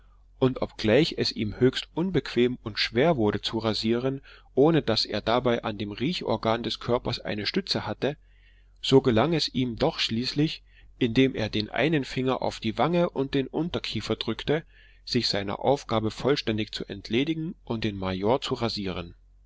und obgleich es ihm höchst unbequem und schwer wurde zu rasieren ohne daß er dabei an dem riechorgan des körpers eine stütze hatte so gelang es ihm doch schließlich indem er den einen finger auf die wange und den unterkiefer drückte sich seiner aufgabe vollständig zu entledigen und den major zu rasieren